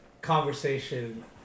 conversation